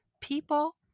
people